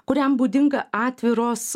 kuriam būdinga atviros